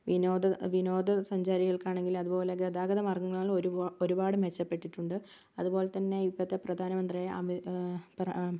വിനോദ വിനോദ സഞ്ചാരികൾക്കാണെങ്കിലും അത് പോലെ ഗതാഗത മാർഗ്ഗങ്ങളാണ് ഒരുപാട് ഒരുപാട് മെച്ചപ്പെട്ടിട്ടുണ്ട് അത്പോലെത്തന്നെ ഇപ്പത്തെ പ്രധാനമന്ത്രി ആയ അമി പ്ര